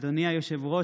אדוני היושב-ראש,